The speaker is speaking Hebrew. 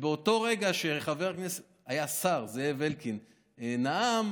ובאותו רגע שהשר זאב אלקין נאם